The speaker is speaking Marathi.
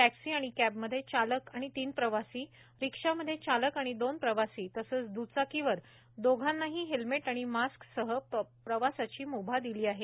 टॅक्सी आणि कॅबमध्ये चालक आणि तीन प्रवासी रिक्षामध्ये चालक आणि दोन प्रवासी तसंच द्रचाकीवर दोघांनाही हेल्मेट आणि मास्कसह प्रवासाची मुभा दिली आहे